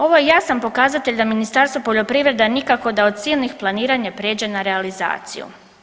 Ovo je jasan pokazatelj da Ministarstvo poljoprivrede nikako da od silnih planiranja prijeđe na realizaciju.